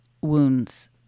wounds